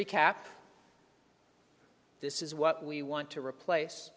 recap this is what we want to replace